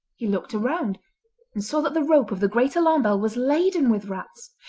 he looked around and saw that the rope of the great alarm bell was laden with rats.